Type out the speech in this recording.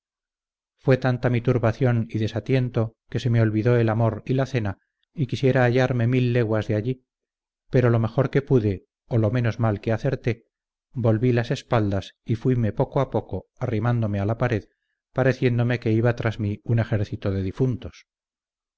fué tanta mi turbación y desatiento que se me olvidó el amor y la cena y quisiera hallarme mil leguas de allí pero lo mejor que pude o lo menos mal que acerté volví las espaldas y fuime poco a poco arrimándome a la pared pareciéndome que iba tras mi un ejército de difuntos